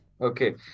Okay